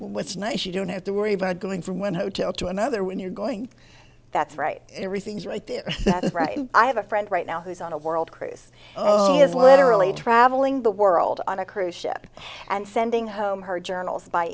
which is nice you don't have to worry about going from one hotel to another when you're going that's right everything's right there i have a friend right now who's on a world cruise he is literally traveling the world on a cruise ship and sending home her journals by